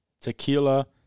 tequila